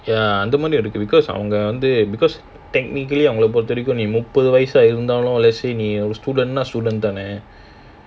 ya அந்த மாதிரி இருக்கு:andha maadhiri irukku because அவங்க வந்து:avanga vandhu because technically முப்பது வயசா இருந்தாலும்:muppathu vayasaa irunthaalum let's say நீ:nee student nah student தானே:thaanae